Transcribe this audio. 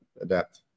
adapt